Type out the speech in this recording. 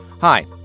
Hi